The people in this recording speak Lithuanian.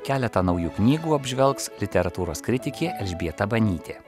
keletą naujų knygų apžvelgs literatūros kritikė elžbieta banytė